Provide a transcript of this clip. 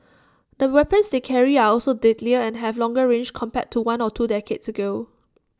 the weapons they carry are also deadlier and have longer range compared to one or two decades ago